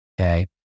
Okay